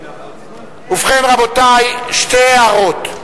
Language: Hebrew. ובכן, רבותי, שתי הערות: